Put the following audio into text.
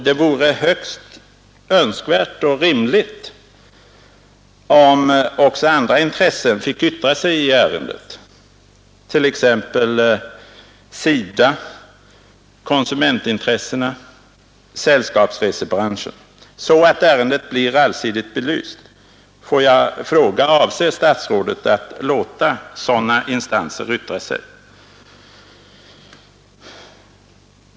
Det vore högst önskvärt och rimligt om också andra intressen fick yttra sig i ärendet, t.ex. SIDA, konsumentintressena, sällskapsresebranschen, så att ärendet blir allsidigt belyst. Får jag fråga om statsrådet avser att låta sådana instanser yttra sig?